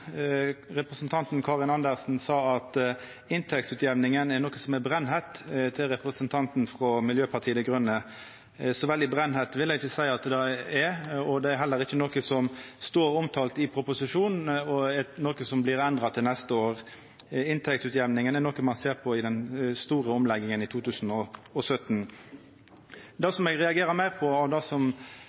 Representanten Karin Andersen sa til representanten frå Miljøpartiet Dei Grøne at inntektsutjamninga er noko som er brennheitt. Så veldig brennheit vil eg ikkje seia at ho er, dette er heller ikkje noko som står omtalt i proposisjonen, eller som blir endra til neste år. Inntektsutjamning er noko ein ser på i den store omlegginga i 2017. Det eg reagerer meir på av det som